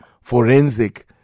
forensic